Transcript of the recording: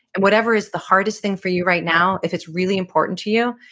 whatever is the hardest thing for you right now, if it's really important to you,